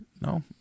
No